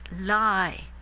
lie